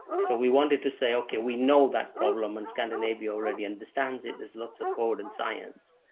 so we wanted to say ok, we know that problem, and scandinavia already understands it. there's lots of code and science.